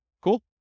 Cool